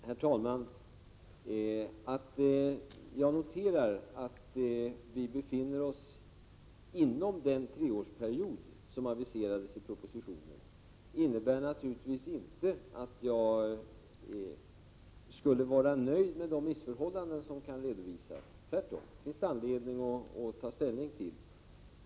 Herr talman! Jag noterar att vi befinner oss inom den treårsperiod som aviserades i propositionen, men det innebär naturligtvis inte att jag skulle vara nöjd med de missförhållanden som kan påvisas. Det finns tvärtom anledning att ta ställning till dem.